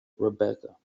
rebecca